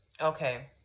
okay